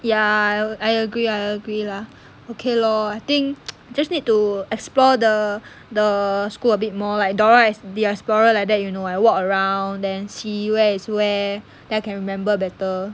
ya I agree I agree lah okay lor I think just need to explore the the school a bit more like dora th~ the explorer like that you know like walk around and see where is where then I can remember better